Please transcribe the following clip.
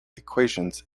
equations